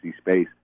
space